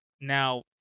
Now